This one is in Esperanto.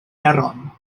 teron